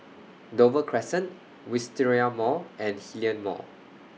Dover Crescent Wisteria Mall and Hillion Mall